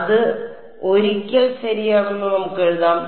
അതിനാൽ അത് ഒരിക്കൽ ശരിയാണെന്ന് നമുക്ക് എഴുതാം